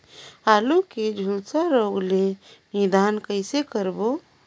आलू के झुलसा रोग ले निदान कइसे करबो?